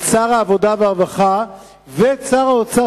את שר העבודה והרווחה ואת שר האוצר,